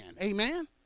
amen